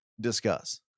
Discuss